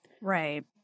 Right